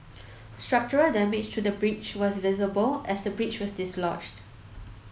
structural damage to the bridge was visible as the bridge was dislodged